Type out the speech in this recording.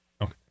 Okay